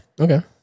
Okay